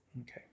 Okay